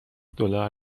دلار